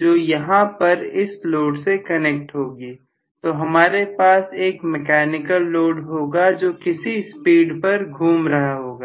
जो यहां पर इस लोड से कनेक्ट होगी तो हमारे पास एक मैकेनिकल लोड होगा जो किसी स्पीड पर घूम रहा होगा